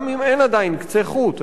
גם אם אין עדיין קצה חוט,